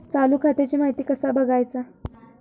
चालू खात्याची माहिती कसा बगायचा?